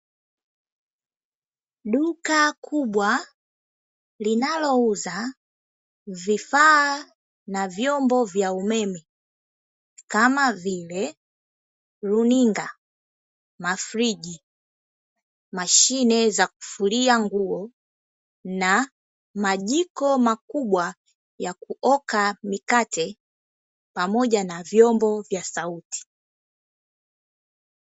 Duka kubwa linalouza vifaa na vyombo vya umeme kama vile runinga, mafriji, mashine za kufulia nguo na majiko makubwa ya kuoka mikate pamoja na vyombo vya sauti.